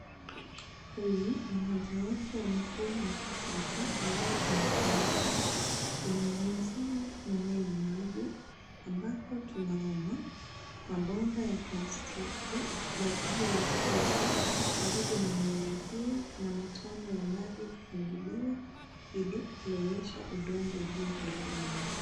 Huu ni mmojawapo wa mifumo ya kisasa ambao unatumika kunyunyuzia mimea maji ambapo tunaona mabomba ya plastiki yalioekezwa karibu na mimea hiyo na matone ya maji kufunguliwa ili kulowesha udongo ulio karibu na mimea.